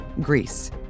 Greece